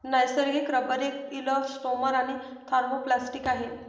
नैसर्गिक रबर एक इलॅस्टोमर आणि थर्मोप्लास्टिक आहे